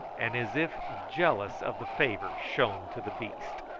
and as if jealous of the favour shown to the beast.